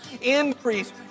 Increase